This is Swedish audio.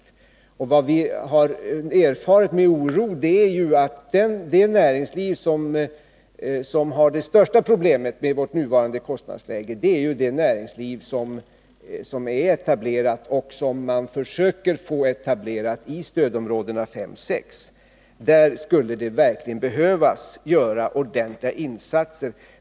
Något som vi har erfarit med oro är att de delar av näringslivet som har de största problemen med vårt nuvarande kostnadsläge är de som är etablerade i eller som man försöker få etablerade i stödområdena 5 och 6. Där skulle ordentliga insatser verkligen behöva göras.